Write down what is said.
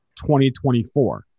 2024